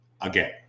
again